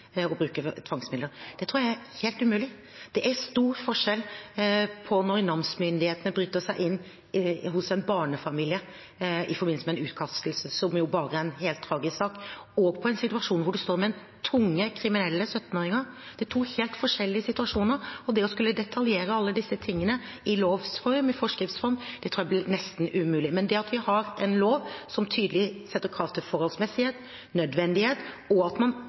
bruke tvangsmidler. Det tror jeg er helt umulig. Det er stor forskjell på når namsmyndighetene bryter seg inn hos en barnefamilie i forbindelse med en utkastelse, som jo bare er en helt tragisk sak, og en situasjon der man står overfor tungt kriminelle 17-åringer. Det er to helt forskjellige situasjoner, og det å skulle detaljere alle disse tingene i lovs og forskrifts form tror jeg blir nesten umulig. Men det at vi har en lov som tydelig stiller krav til forholdsmessighet og nødvendighet og at man